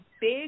big